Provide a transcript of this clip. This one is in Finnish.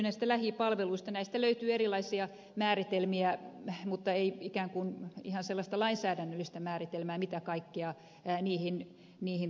näistä löytyy erilaisia määritelmiä mutta ei ikään kuin sellaista lainsäädännöllistä määritelmää mitä kaikkea niihin luetaan